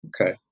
Okay